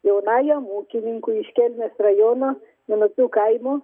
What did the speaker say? jaunajam ūkininkui iš kelmės rajono minupių kaimo